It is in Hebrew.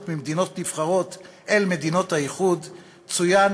ממדינות נבחרות אל מדינות האיחוד צוין,